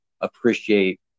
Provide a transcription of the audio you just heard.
appreciate